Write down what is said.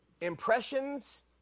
impressions